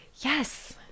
Yes